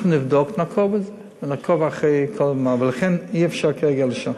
אנחנו נבדוק ונעקוב, ולכן אי-אפשר כרגע לשנות.